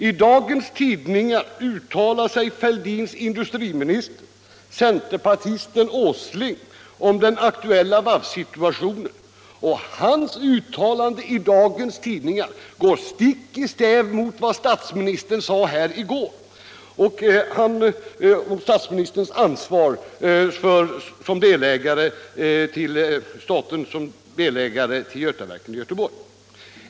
I dagens tidningar uttalar sig herr Fälldins industriminister, centerpartisten herr Åsling, om den aktuella varvssituationen, och hans uttalanden där går stick i stäv mot vad statsministern sade i kammaren i går om statens ansvar som delägare i Götaverken i Göteborg.